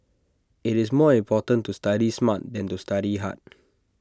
IT is more important to study smart than to study hard